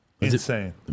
Insane